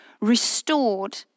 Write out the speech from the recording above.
restored